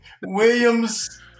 Williams